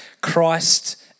Christ